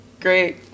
great